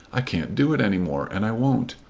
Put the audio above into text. i can't do it any more, and i won't.